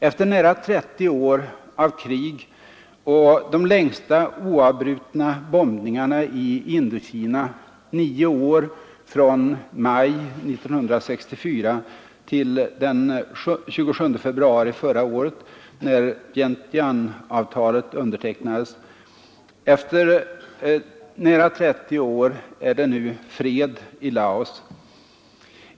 Efter nära 30 år av krig och de längsta oavbrutna bombningarna i Indokina — nära nio år, från maj 1964 till den 27 februari förra året när Vientianeavtalet undertecknades — är det nu fred i Laos.